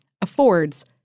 affords